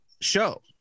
show